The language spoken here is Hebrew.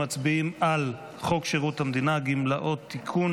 אנחנו מצביעים על הצעת חוק שירות המדינה (גמלאות) (תיקון,